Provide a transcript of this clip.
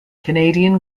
canadian